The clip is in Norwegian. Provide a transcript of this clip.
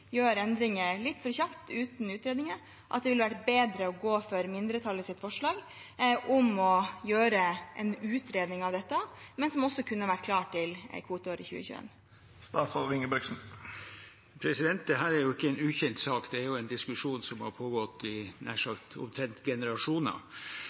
gjør endringer litt for kjapt, uten utredninger – at det ville vært bedre å gå for mindretallets forslag om å gjøre en utredning av dette, men som også kunne vært klar til kvoteåret 2021? Dette er jo ikke en ukjent sak, det er en diskusjon som har pågått nær sagt omtrent i